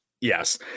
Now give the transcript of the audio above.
Yes